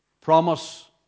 Promise